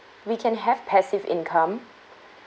we can have passive income